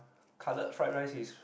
cutlet fried rice is